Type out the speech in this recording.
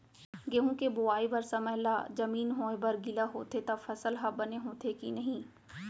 गेहूँ के बोआई बर समय ला जमीन होये बर गिला होथे त फसल ह बने होथे की नही?